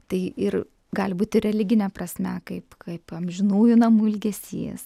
tai ir gali būti religine prasme kaip kaip amžinųjų namų ilgesys